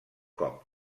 cop